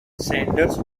sanders